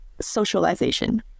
socialization